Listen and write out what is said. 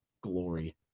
glory